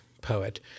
poet